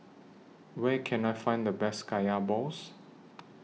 Where Can I Find The Best Kaya Balls